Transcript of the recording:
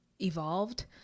evolved